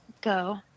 go